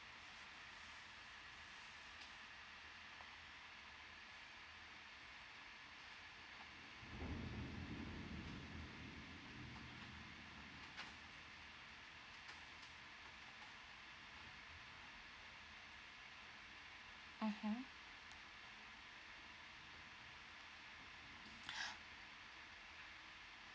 mmhmm